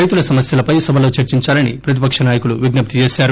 రైతుల సమస్యలపై సభలో చర్చించాలని ప్రతిపక్ష నాయకులు విజప్తి చేశారు